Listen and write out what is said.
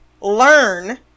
learn